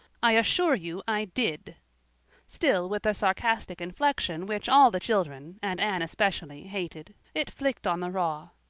i assure you i did still with the sarcastic inflection which all the children, and anne especially, hated. it flicked on the raw.